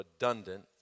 redundant